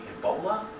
Ebola